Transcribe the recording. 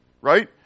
Right